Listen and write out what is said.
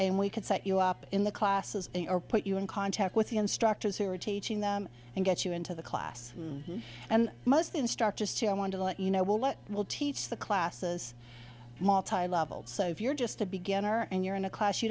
and we can set you up in the classes or put you in contact with the instructors who are teaching them and get you into the class and most instructors to i want to let you know what it will teach the classes multilevel so if you're just a beginner and you're in a class you